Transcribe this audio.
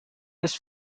his